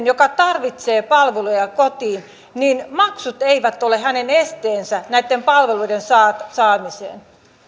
joka tarvitsee palveluja kotiin eivät maksut ole esteenä näitten palveluiden saamiselle